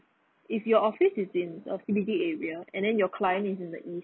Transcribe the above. if your office is in C_B_D area and then your client is in the east